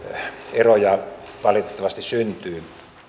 eroja valitettavasti syntyi